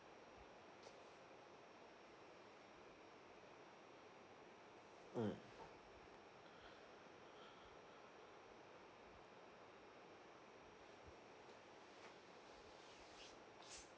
mm